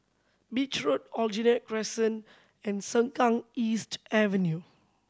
Beach Road Aljunied Crescent and Sengkang East Avenue